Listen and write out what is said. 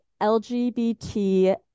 LGBT